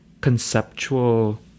conceptual